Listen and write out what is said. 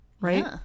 Right